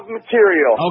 material